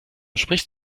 sprichst